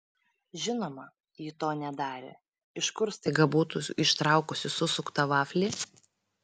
žinoma ji to nedarė iš kur staiga būtų ištraukusi susuktą vaflį